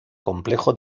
complejo